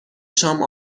شام